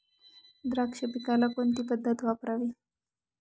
द्राक्ष पिकाला कोणती पद्धत वापरावी?